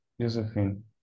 Josephine